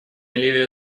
ливия